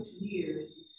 years